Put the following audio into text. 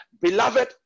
Beloved